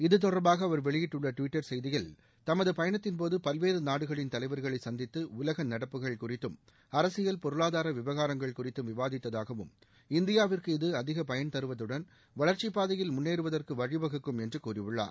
இது தொடர்பாக அவர் வெளியிட்டுள்ள ட்விட்டர் செய்தியில் தமது பயணத்தின்போது பல்வேறு நாடுகளின் தலைவர்களை சந்தித்து உலக நடப்புகள் குறித்தும் அரசியல் பொருளாதார விவகாரங்கள் குறித்தும் விவாதித்தாகவும் இந்தியாவிற்கு இது அதிக பயன் தருவதுடன் வளர்ச்சிப் பாதையில் முன்னேறுவதற்கு வழிவகுக்கும் என்று கூறியுள்ளார்